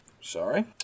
Sorry